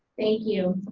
thank you.